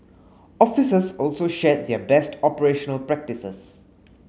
officers also shared their best operational practices